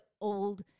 old